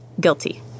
guilty